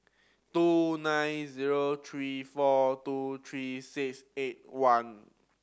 two nine zero three four two three six eight one